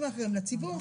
החולים ובתי החולים.